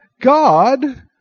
God